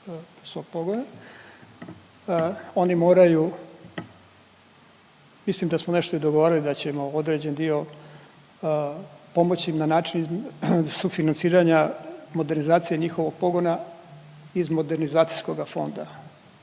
svog pogona, oni moraju, mislim da smo nešto i dogovarali, da ćemo određeni dio pomoći im na način sufinanciranja modernizacije njihovog pogona iz modernizacijskoga fonda.